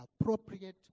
appropriate